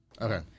Okay